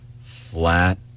Flat